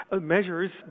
measures